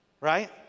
Right